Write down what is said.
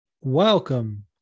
Welcome